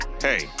Hey